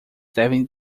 devem